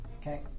okay